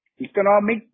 economic